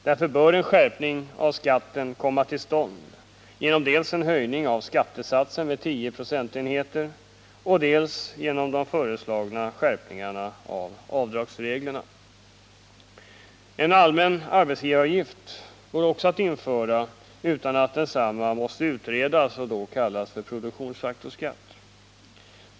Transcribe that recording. Därför bör en skärpning av skatten komma till stånd dels genom en höjning av skattesatsen med 10 procentenheter, dels genom de föreslagna skärpningarna av avdragsreglerna. En allmän arbetsgivaravgift går att införa utan att den måste utredas och då kallas för produktionsfaktorsskatt.